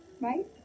right